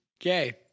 Okay